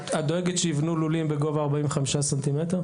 את דואגת שיבנו לולים בגובה 45 סנטימטרים?